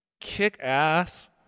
kick-ass